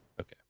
okay